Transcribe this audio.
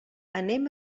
anem